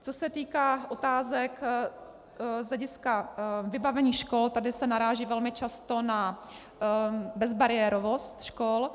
Co se týká otázek z hlediska vybavení škol, tady se naráží velmi často na bezbariérovost škol.